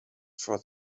for